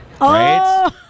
Right